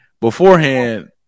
beforehand